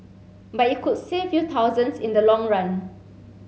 but it could save you thousands in the long run